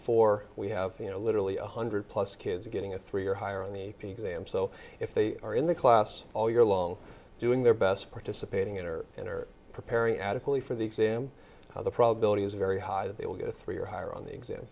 four we have you know literally one hundred plus kids getting a three or higher on the a p exam so if they are in the class all year long doing their best participating in or in are preparing adequately for the exam how the probability is very high that they will get a three or higher on the exam